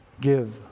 give